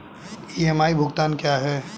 EMI भुगतान क्या है?